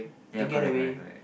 ya correct correct correct